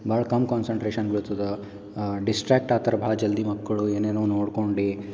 ಭಾಳ್ ಕಮ್ಮಿ ಕಾನ್ಸನ್ಟ್ರೇಶನ್ ಬೀಳ್ತದೆ ಡಿಸ್ಟ್ರಾಕ್ಟ್ ಆಗ್ತರ ಭಾಳ್ ಜಲ್ದಿ ಮಕ್ಕಳು ಏನೇನೋ ನೋಡ್ಕೊಂಡು